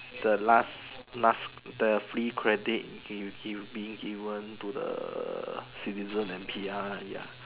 the last last the free credit you being given to the citizen and P_R ya